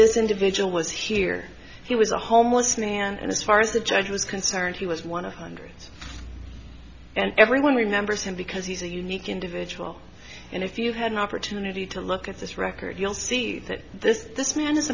this individual was here he was a homeless man and as far as the judge was concerned he was one of hundreds and everyone remembers him because he's a unique individual and if you had an opportunity to look at this record you'll see that this this man is